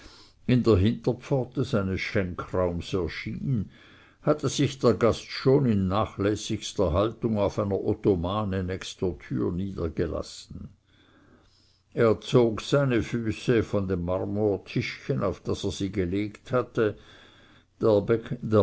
in der hinterpforte seines schenkraumes erschien hatte sich der gast schon in nachlässigster haltung auf einer ottomane nächst der türe niedergelassen er zog jetzt seine füße von dem marmortischchen auf das er sie gelegt hatte